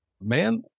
Man